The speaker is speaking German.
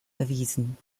erwiesen